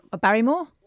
Barrymore